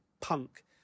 punk